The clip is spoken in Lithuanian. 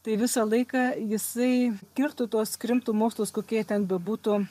tai visą laiką jisai kirto tuos krimto mokslus kokie jie ten bebūtų